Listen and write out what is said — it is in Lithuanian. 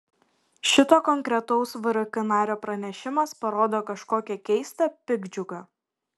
šito konkretaus vrk nario pranešimas parodo kažkokią keistą piktdžiugą